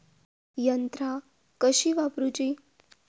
यंत्रा कशी वापरूची?